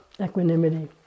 Equanimity